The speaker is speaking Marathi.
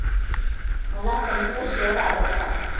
मला तंत्र शेअर आवडतात